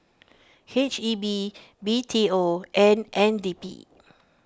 H E B B T O and N D P